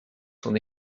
s’en